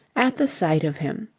at the sight of him,